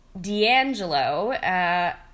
D'Angelo